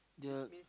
the